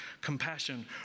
compassion